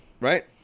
right